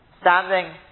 standing